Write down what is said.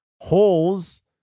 holes